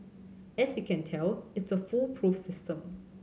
as you can tell it's a foolproof system